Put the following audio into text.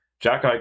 Jack